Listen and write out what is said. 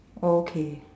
okay